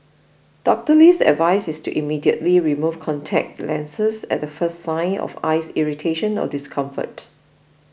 Doctor Lee's advice is to immediately remove contact lenses at the first sign of eye irritation or discomfort